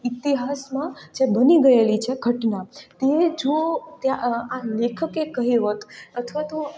ઇતિહાસમાં જે બની ગયેલી છે ઘટના તે જો આ લેખકે કહી હોત અથવા તો